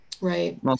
Right